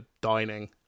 dining